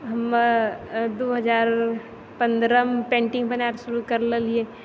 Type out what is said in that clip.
हमे दू हजार पन्द्रहमे पेंटिंग बनैल शुरू कर लेलिए